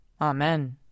Amen